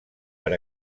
per